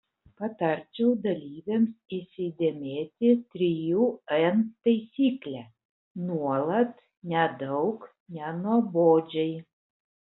patarčiau dalyvėms įsidėmėti trijų n taisyklę nuolat nedaug nenuobodžiai